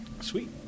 Sweet